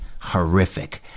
horrific